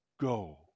go